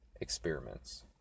experiments